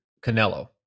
canelo